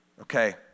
Okay